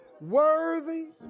worthy